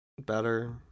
Better